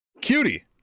cutie